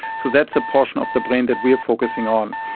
so that's the portion of the brain that we are focusing on.